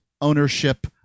ownership